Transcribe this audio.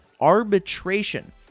arbitration